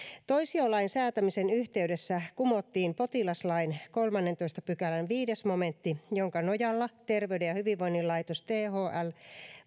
toisiolain säätämisen yhteydessä kumottiin potilaslain kolmannentoista pykälän viides momentti jonka nojalla terveyden ja hyvinvoinnin laitos thl